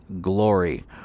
glory